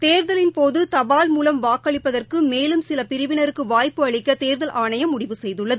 தேர்தலின்போது தபால் மூலம் வாக்களிப்பதற்கு மேலும் சில பிரிவினருக்கு வாய்ப்பு அளிக்க தேர்தல் ஆணையம் முடிவு செய்துள்ளது